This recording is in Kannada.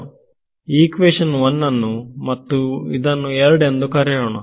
ನಾವು ಈಕ್ವೇಶನ್ ಅನ್ನು1 ಮತ್ತು ಇದನ್ನು 2 ಎಂದು ಕರೆಯೋಣ